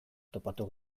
topatu